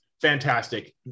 Fantastic